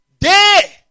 day